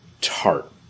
tart